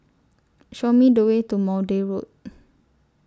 Show Me The Way to Maude Road